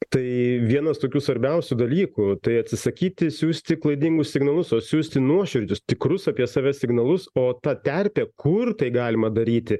tai vienas tokių svarbiausių dalykų tai atsisakyti siųsti klaidingus signalus o siųsti nuoširdžius tikrus apie save signalus o ta terpė kur tai galima daryti